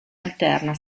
alterna